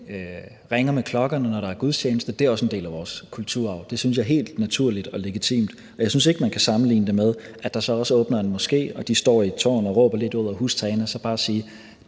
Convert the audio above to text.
ringer med klokkerne, når der er gudstjeneste, er også en del af vores kulturarv. Det synes jeg er helt naturligt og legitimt, og jeg synes ikke, at man kan sammenligne det og sige, at det er det samme, at der så også åbner en moské, og at de står i et tårn og råber lidt ud over hustagene. Sådan ser